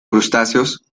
crustáceos